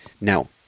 Now